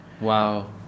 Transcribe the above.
Wow